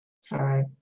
Sorry